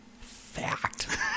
Fact